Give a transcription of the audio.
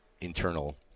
internal